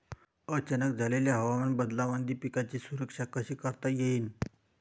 अचानक झालेल्या हवामान बदलामंदी पिकाची सुरक्षा कशी करता येईन?